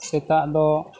ᱥᱮᱛᱟᱜ ᱫᱚ